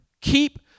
keep